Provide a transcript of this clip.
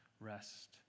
rest